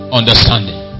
understanding